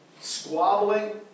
squabbling